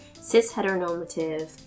cis-heteronormative